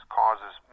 causes